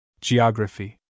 Geography